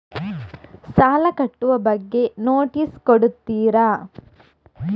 ಸಾಲ ಕಟ್ಟುವ ಬಗ್ಗೆ ನೋಟಿಸ್ ಕೊಡುತ್ತೀರ?